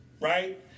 right